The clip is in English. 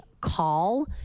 call